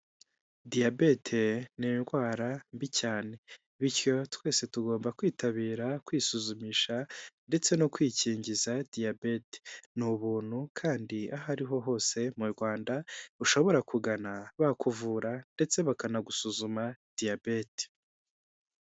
Diyabete ni indwara mbi cyane bityo twese tugomba kwitabira kwisuzumisha ndetse no kwikingiza diyabete. Ni ubuntu kandi aho ariho hose mu Rwanda ushobora kugana bakuvura ndetse bakanagusuzuma diyabete.